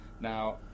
Now